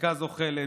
החקיקה זוחלת,